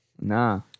Nah